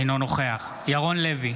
אינו נוכח ירון לוי,